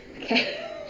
Okay